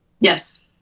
Yes